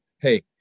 hey